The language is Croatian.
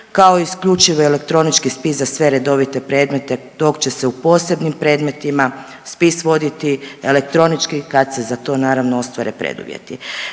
kao isključivi elektronički spis za sve redovite predmete dok će se u posebnim predmetima spis voditi elektronički kad se za to naravno ostvare preduvjeti.